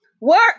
Work